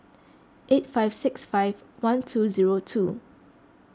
eight five six five one two zero two